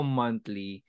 monthly